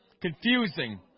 confusing